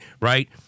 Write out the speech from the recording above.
Right